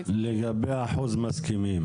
לגבי אחוז המסכימים